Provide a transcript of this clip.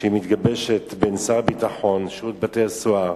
שמתגבשת במשרד הביטחון, שירות בתי-הסוהר,